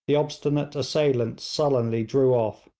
the obstinate assailants sullenly drew off.